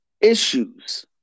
issues